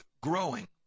growing